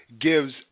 gives